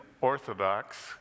orthodox